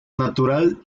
natural